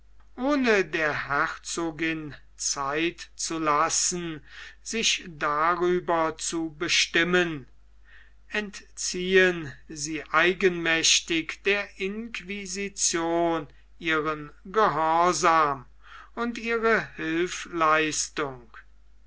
ohne der herzogin zeit zu lassen sich darüber zu bestimmen entziehen sie eigenmächtig der inquisition ihren gehorsam und ihre hilfleistung